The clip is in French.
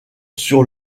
sur